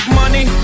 money